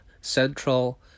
Central